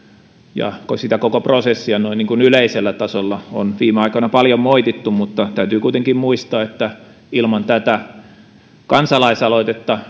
ja sitä koko prosessia yleisellä tasolla on viime aikoina paljon moitittu mutta täytyy kuitenkin muistaa että en usko että ilman tätä kansalaisaloitetta